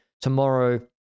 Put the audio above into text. Tomorrow